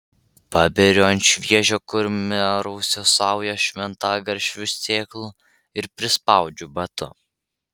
paberiu ant šviežio kurmiarausio saują šventagaršvių sėklų ir prispaudžiu batu